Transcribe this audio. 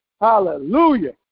Hallelujah